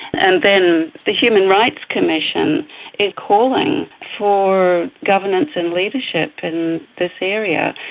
and then the human rights commission is calling for governance and leadership in this area.